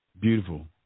Beautiful